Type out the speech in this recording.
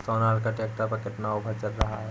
Sonalika tractor पर कितना offer चल रहा है?